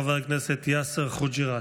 חבר הכנסת יאסר חוג'יראת.